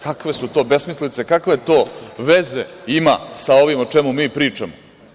Kakve su to besmislice, kakve to veze ima sa ovim o čemu mi pričamo?